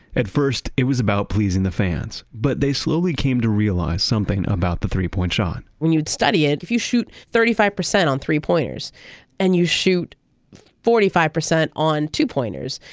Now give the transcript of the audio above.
at first it was about pleasing the fans, but they slowly came to realize something about the three point shot when you'd study it, if you shoot thirty five percent on three pointers and you shoot forty five percent on two pointers,